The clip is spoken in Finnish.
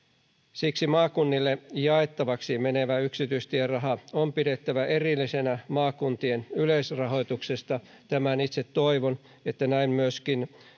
siksi maakunnille jaettavaksi menevä yksityistieraha on pidettävä erillisenä maakuntien yleisrahoituksesta itse toivon että tämä myöskin